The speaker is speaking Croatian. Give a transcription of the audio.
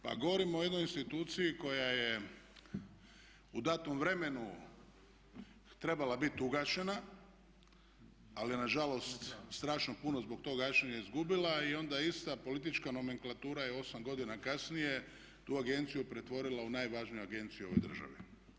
Pa govorimo o jednoj instituciji koja je u datom vremenu trebala biti ugašena ali nažalost strašno puno zbog tog gašenja je izgubila i onda ista politička nomenklatura je osam godina kasnije tu agenciju pretvorila u najvažniju agenciju u ovoj državi.